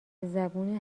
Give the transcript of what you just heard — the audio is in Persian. زبون